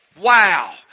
wow